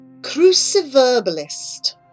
Cruciverbalist